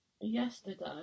yesterday